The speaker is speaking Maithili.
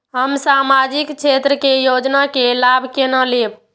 हम सामाजिक क्षेत्र के योजना के लाभ केना लेब?